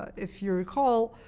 if you recall,